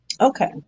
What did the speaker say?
Okay